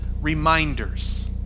reminders